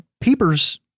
Peeper's